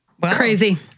Crazy